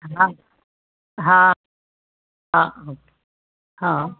हा हा हा हा